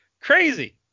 Crazy